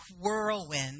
whirlwind